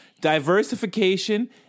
Diversification